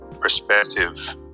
perspective